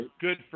good